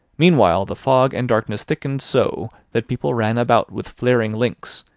meanwhile the fog and darkness thickened so, that people ran about with flaring links,